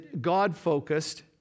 God-focused